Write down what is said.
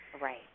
Right